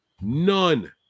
None